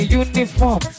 uniform